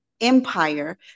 empire